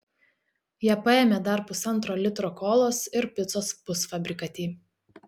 jie paėmė dar pusantro litro kolos ir picos pusfabrikatį